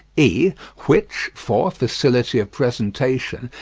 e, which, for facility of presentation,